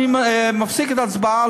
אני מפסיק את ההצבעה,